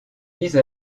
mise